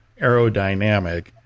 aerodynamic